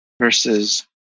versus